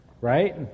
Right